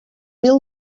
mil